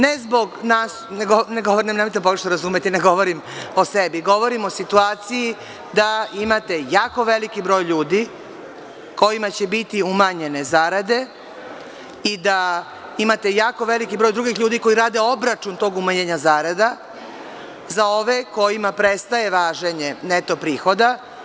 Ne zbog nas, nemojte pogrešno razumeti, ne govorim o sebi, govorim o situaciji da imate jako veliki broj ljudi kojima će biti umanjene zarade i da imate jako veliki broj drugih ljudi koji rade obračun tog umanjenja zarada za ove kojima prestaje važenje neto prihoda.